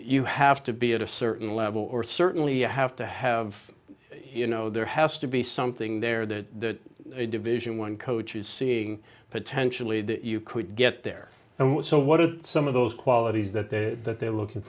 you have to be at a certain level or certainly you have to have you know there has to be something there that a division one coach is seeing potentially that you could get there and what so what are some of those qualities that the that they're looking